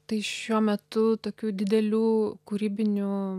tai šiuo metu tokių didelių kūrybinių